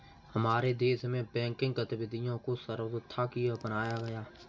हमारे देश में बैंकिंग गतिविधियां को सर्वथा ही अपनाया गया है